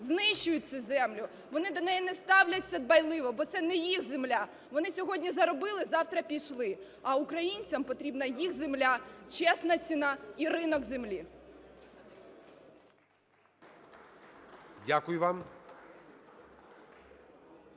знищують цю землю. Вони до неї не ставляться дбайливо, бо це не їх земля, вони сьогодні заробили – завтра пішли. А українцям потрібна їх земля, чесна ціна і ринок землі.